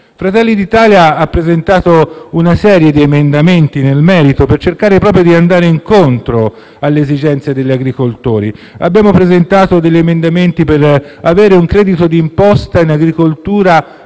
Fratelli d'Italia ha presentato una serie di emendamenti nel merito, per cercare proprio di andare incontro alle esigenze degli agricoltori. Abbiamo presentato degli emendamenti per avere un credito di imposta in agricoltura